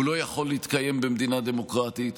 הוא לא יכול להתקיים במדינה דמוקרטית,